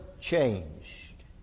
changed